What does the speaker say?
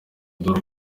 dore